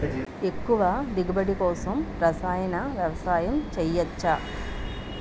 ఎక్కువ దిగుబడి కోసం రసాయన వ్యవసాయం చేయచ్చ?